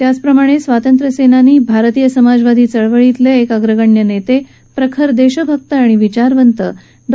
त्याचप्रमाणे स्वातंत्र्यसेनानीं भारतीय समाजवादी चळवळीतील एक अग्रगण्य नेते प्रखर देशभक्त आणि विचारवंत डॉ